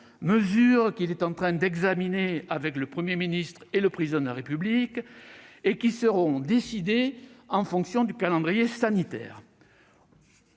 mesures qu'il est en train d'examiner avec le Premier ministre et le Président de la République et qui, selon lui, seront décidées en fonction du calendrier sanitaire.